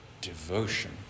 devotion